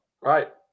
Right